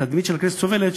התדמית של הכנסת סובלת,